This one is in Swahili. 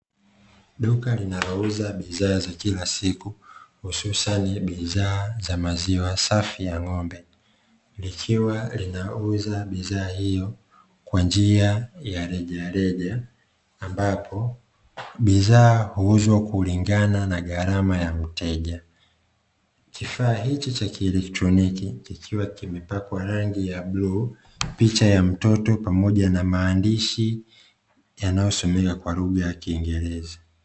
Duka linalouza bidhaa za kila siku hususan bidhaa za maziwa safi ya ng'ombe likiwa linauza bidhaa hiyo kwa njia ya rejareja ambapo bidhaa huuzwa kulingana na gharama ya mteja, kifaa hicho cha electroniki kikiwa kimepakwa rangi ya bluu picha ya mtoto pamoja na maandishi yanayosomea kwa lugha ya kiingereza.